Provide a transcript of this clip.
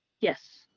Yes